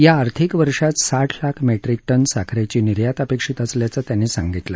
या आर्थिक वर्षात साठ लाख मेट्रीक टन साखरेची निर्यात अपेक्षित असल्याचं त्यांनी सांगितलं